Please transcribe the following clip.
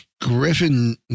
Griffin